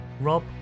Rob